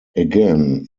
again